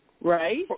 right